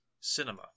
cinema